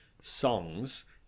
songs